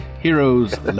Heroes